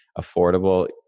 affordable